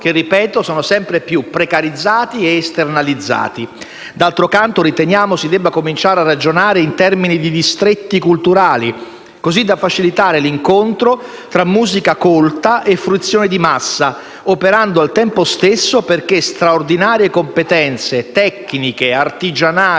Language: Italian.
lo ripeto - sono sempre più precarizzati ed esternalizzati. D'altro canto, riteniamo si debba cominciare a ragionare in termini di distretti culturali, così da facilitare l'incontro tra musica colta e fruizione di massa, operando al tempo stesso perché straordinarie competenze tecniche, artigianali